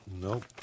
Nope